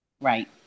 Right